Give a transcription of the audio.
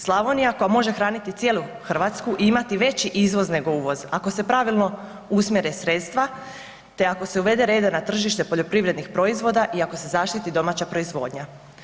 Slavonija koja može hraniti cijelu Hrvatsku i imati veći izvoz nego uvoz ako se pravilno usmjere sredstva te ako se uvede reda na tržište poljoprivrednih proizvoda i ako se zaštiti domaća proizvodnja.